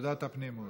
ועדת הפנים,